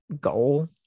goal